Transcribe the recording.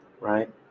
right